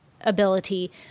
ability